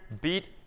beat